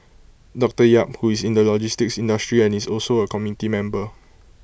doctor yap who is in the logistics industry and is also A committee member